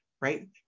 right